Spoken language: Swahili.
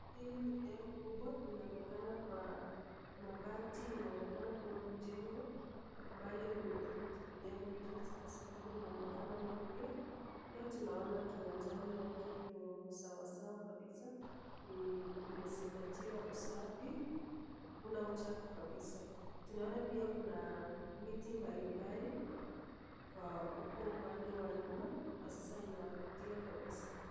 Hili ni jengo kubwa inaonekana kwa mabati inaonekana kuwa ni jengo ambalo limetoka tu kujengwa juzi kwa sababu inaonekana ni mpya. Pia tunaona kiwanjani yake iko sawasawa kabisa imezingatiwa usafi. Hakuna uchafu kabisa. Tunaona pia kuna miti mbalimbali kwa uko upande wa nyuma na sasa inavutia kabisa.